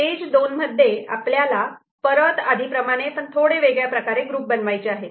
stage 2 मध्ये आपल्याला परत आधी प्रमाणे पण थोडे वेगळ्या प्रकारे ग्रुप बनवायचे आहेत